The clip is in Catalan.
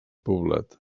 poblat